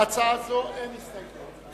להצעה זו אין הסתייגויות.